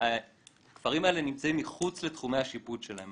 הכפרים האלה נמצאים מחוץ לתחומי השיפוט שלהם.